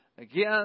Again